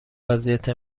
وضعیت